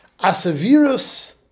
Asavirus